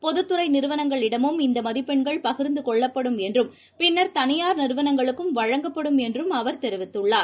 பொதுத்துறைநிறவனங்களிடமும் இந்தமதிப்பெண்கள் பகிர்ந்தகொள்ளப்படும் என்றும் பின்னர் தனியார் நிறுவனங்களுக்கும் வழங்கப்படும் என்றும் அவர் தெரிவித்துள்ளார்